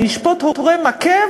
אני אשפוט הורה מכה,